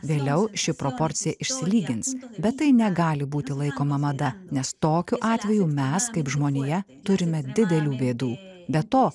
vėliau ši proporcija išsilygins bet tai negali būti laikoma mada nes tokiu atveju mes kaip žmonija turime didelių bėdų be to